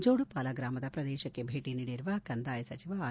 ಜೋಡುಪಾಲ ಗ್ರಾಮದ ಪ್ರದೇಶಕ್ಕೆ ಭೇಟ ನೀಡಿರುವ ಕಂದಾಯ ಸಚಿವ ಆರ್